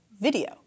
video